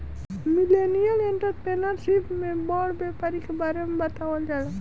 millennial entrepreneurship में बड़ व्यापारी के बारे में बतावल जाला